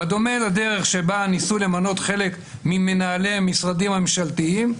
בדומה לדרך שבה ניסו למנות חלק ממנהלי המשרדים הממשלתיים,